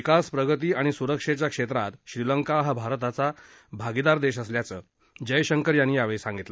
विकास प्रगती आणि सुरक्षेच्या क्षेत्रात श्रीलंका हा भारताचा भागिदार देश असल्याचं जयशंकर यांनी यावेळी सांगितलं